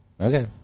okay